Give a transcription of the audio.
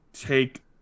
take